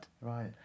right